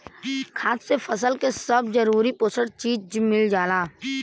खाद से फसल के सब जरूरी पोषक चीज मिल जाला